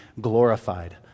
glorified